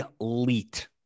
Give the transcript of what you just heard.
elite